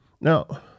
Now